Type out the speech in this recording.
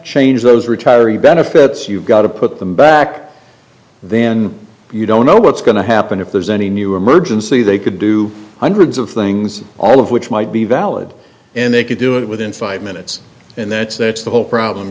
change those retiree benefits you've got to put them back then you don't know what's going to happen if there's any new emergency they could do hundreds of things all of which might be valid and they could do it within five minutes and that's that's the whole problem